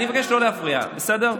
אני מבקש לא להפריע, בסדר?